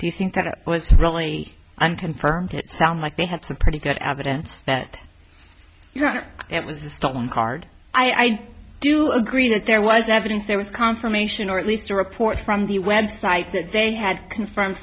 do you think that it was really i'm confirmed it sounds like they have some pretty good additives that your honor it was a stolen card i do agree that there was evidence there was confirmation or at least a report from the website that they had confirmed